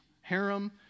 harem